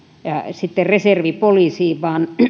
sitten reservipoliisiin vaan